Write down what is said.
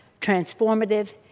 transformative